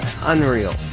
Unreal